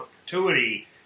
perpetuity